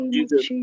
Jesus